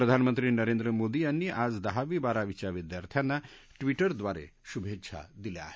प्रधानमंत्री नरेंद्र मोदी यांनी आज शित्ता दहावी बारावीच्या विद्यार्थ्यांना ट्विटरद्वारे शुभेच्छा दिल्या आहेत